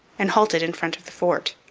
and halted in front of the fort.